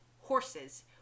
horses